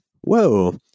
Whoa